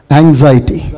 anxiety